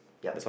yup